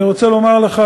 אני רוצה לומר לך,